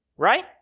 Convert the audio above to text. right